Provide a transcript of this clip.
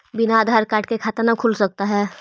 बिना आधार कार्ड के खाता न खुल सकता है?